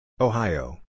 Ohio